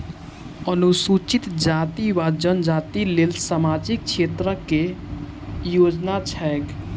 अनुसूचित जाति वा जनजाति लेल सामाजिक क्षेत्रक केँ योजना छैक?